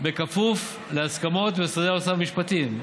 בכפוף להסכמות עם משרדי האוצר והמשפטים.